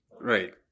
Right